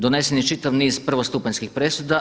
Donesen je čitav niz prvostupanjskih presuda.